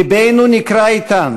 לבנו נקרע אתן,